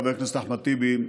חבר הכנסת אחמד טיבי,